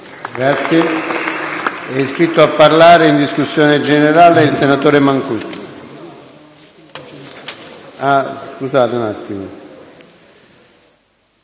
Grazie